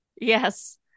yes